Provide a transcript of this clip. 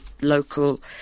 local